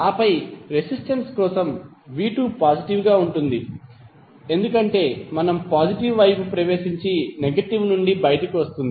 ఆపై రెసిస్టెన్స్ కోసం v2 positive గా ఉంటుంది ఎందుకంటే మనం పాజిటివ్ వైపు ప్రవేశించి నెగటివ్ నుండి బయటకు వస్తుంది